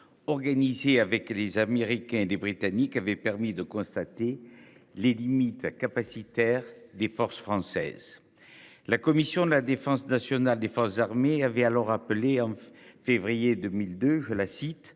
Organisés avec les Américains et des Britanniques avaient permis de constater les limites capacitaires des forces françaises. La commission de la défense nationale des forces armées avait alors appelé en février 2002 je la cite.